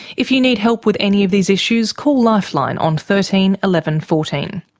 if you need help with any of these issues, call lifeline on thirteen eleven fourteen.